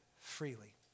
freely